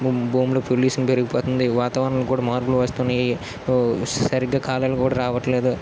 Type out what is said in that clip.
భూమిలో పొల్యూషన్ పెరిగిపోతుంది వాతావరణం కూడా మార్పులు వస్తున్నాయి సరిగ్గా కాలాలు కూడా రావట్లేదు